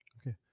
Okay